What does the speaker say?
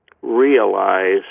realize